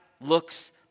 looks